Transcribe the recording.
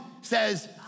says